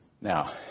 Now